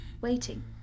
waiting